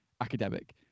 academic